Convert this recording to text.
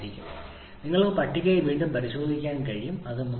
97kJ kg അത് വരും നിങ്ങൾക്ക് പട്ടികയിൽ നിന്ന് വീണ്ടും പരിശോധിക്കാൻ കഴിയും അത് 334